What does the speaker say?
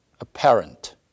apparent